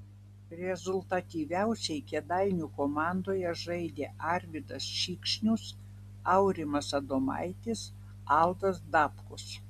rezultatyviausiai kėdainių komandoje žaidė arvydas šikšnius aurimas adomaitis aldas dabkus